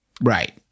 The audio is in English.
right